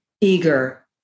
eager